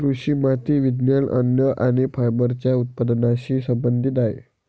कृषी माती विज्ञान, अन्न आणि फायबरच्या उत्पादनाशी संबंधित आहेत